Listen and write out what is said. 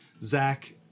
Zach